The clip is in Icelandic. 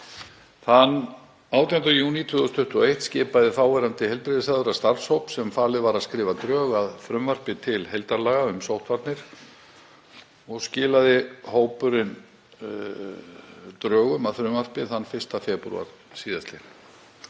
Þann 18. júní 2021 skipaði þáverandi heilbrigðisráðherra starfshóp sem falið var að skrifa drög að frumvarpi til heildarlaga um sóttvarnir og skilaði hópurinn drögum að frumvarpi þann 1. febrúar sl.